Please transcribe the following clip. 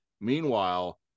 Meanwhile